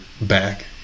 back